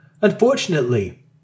Unfortunately